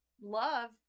love